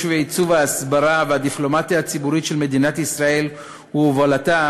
ובעיצוב ההסברה והדיפלומטיה הציבורית של מדינת ישראל ובהובלתה,